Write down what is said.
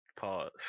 Pause